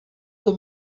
foi